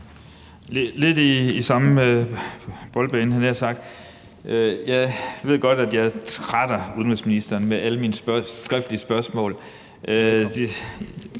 lidt i samme boldgade. Jeg ved godt, at jeg trætter udenrigsministeren med alle mine skriftlige spørgsmål.